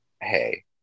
hey